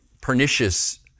pernicious